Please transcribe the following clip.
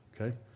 Okay